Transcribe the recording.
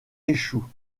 échouent